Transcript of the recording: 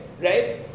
right